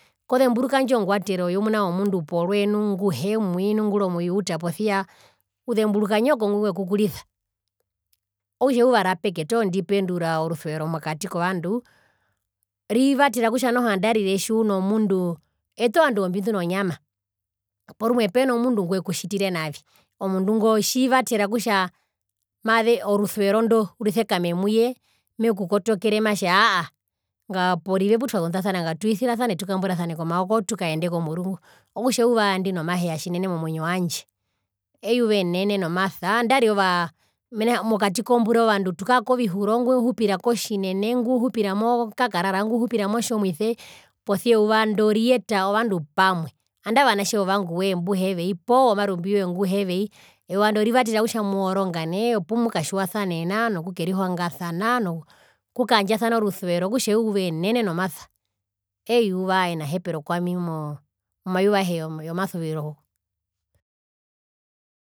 Kozemburuka indjo ngwatero yomuna womundu porwe nu nguhemwii nguri omujuda posia uzemburuka nyoko ngwi ngwekukurisa okutja eyuva rapeke toho ndipendura orusuvero mokati kovandu rivatera kutja noho andarire tjiunomundu ete ovandu wombindu nonyama porumwe peno mundu ngwekutjitire navi omundu ngo tjivatera kutja mave orusuvero ndo rusekame muye matje aahaa porive putwazundasana ngatwisirasane tukamburasane komaoko tukaende komurungu okutja eyuva ndimomaheya tjinene momwinyo wandje, eyuva enene nomasa nandarire ovaa mena rokutja mokati kombura ovandu tukara kovihuro ingwi uhupira kotjinene ingwi uhupira kokakarara ingwi uhupira ko tjomuise posia euva ndo riyeta ovandu pamwe andae ovanatje wovangu woye mbuheveii poo womarumbi woye mbuheveii eyuva ndo rivatera kutja muworongane opu mukatjiwasanena nokukerihongasanaa nokaandjasana orusuvero okutja eyuva enene nomasa euva enahepero kwami momauva ayehe yomasuviro.